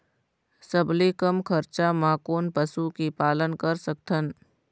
सबले कम खरचा मा कोन पशु के पालन कर सकथन?